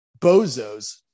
bozos